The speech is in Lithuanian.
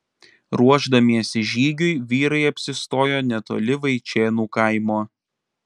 ruošdamiesi žygiui vyrai apsistojo netoli vaičėnų kaimo